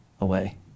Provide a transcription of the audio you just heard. away